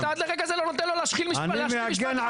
אתה עד לרגע זה אתה לא נותן לו להשלים משפט אחד כמו בנאדם.